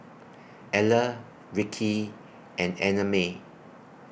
Eller Rickie and Annamae